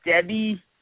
Debbie